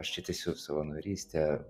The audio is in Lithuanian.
aš čia tęsiu savanorystę